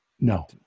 No